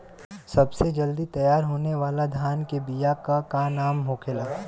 सबसे जल्दी तैयार होने वाला धान के बिया का का नाम होखेला?